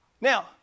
Now